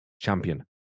Champion